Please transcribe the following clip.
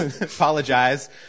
Apologize